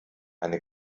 eine